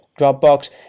Dropbox